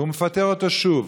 והוא מפטר אותם שוב.